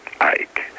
Ike